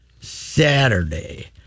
Saturday